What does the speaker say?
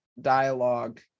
dialogue